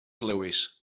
lewis